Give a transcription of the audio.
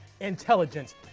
intelligence